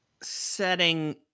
setting